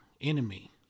enemy